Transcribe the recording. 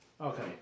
Okay